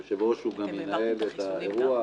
היושב-ראש גם מנהל את האירוע.